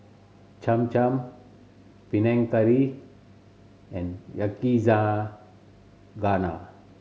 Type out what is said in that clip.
Cham Cham Panang Curry and Yakizakana